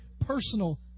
personal